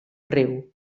riu